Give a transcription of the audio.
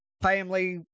family